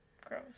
gross